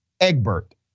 Egbert